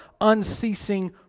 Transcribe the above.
unceasing